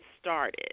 started